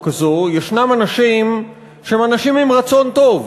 הזאת יש אנשים שהם אנשים עם רצון טוב,